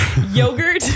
Yogurt